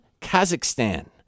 Kazakhstan